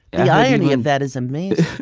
the irony of that is amazing